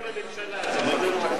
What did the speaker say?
של הממשלה.